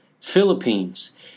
Philippines